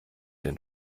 den